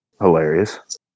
hilarious